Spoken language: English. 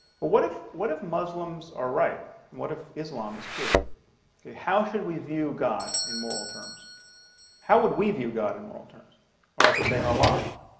what if what if muslims are right and what if islam is true okay, how should we view god in moral terms how would we view god in world terms or i should say allah?